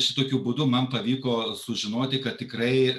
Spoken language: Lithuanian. šitokiu būdu man pavyko sužinoti kad tikrai